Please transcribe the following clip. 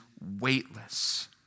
weightless